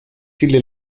viele